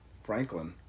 Franklin